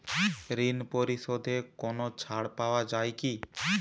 ঋণ পরিশধে কোনো ছাড় পাওয়া যায় কি?